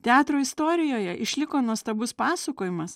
teatro istorijoje išliko nuostabus pasakojimas